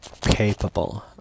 capable